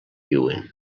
viuen